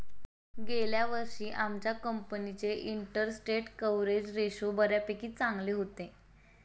गेल्या वर्षी आमच्या कंपनीचे इंटरस्टेट कव्हरेज रेशो बऱ्यापैकी चांगले होते